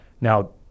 Now